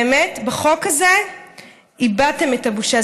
באמת, בחוק הזה איבדתם את הבושה.